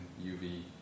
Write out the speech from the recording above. UV